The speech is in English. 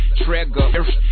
Trigger